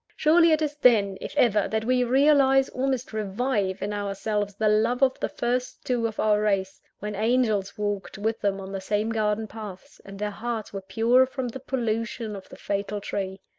surely it is then if ever that we realize, almost revive, in ourselves, the love of the first two of our race, when angels walked with them on the same garden paths, and their hearts were pure from the pollution of the fatal tree!